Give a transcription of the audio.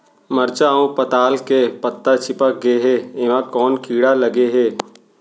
मरचा अऊ पताल के पत्ता चिपक गे हे, एमा कोन कीड़ा लगे है?